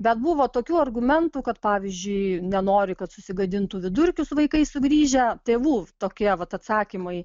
bet buvo tokių argumentų kad pavyzdžiui nenori kad susigadintų vidurkius vaikai sugrįžę tėvų tokie vat atsakymai